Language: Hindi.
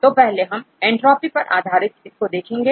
तो पहले हम एंट्रॉफी पर आधारित इसको देखेंगे